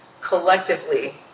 collectively